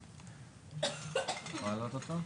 בזום.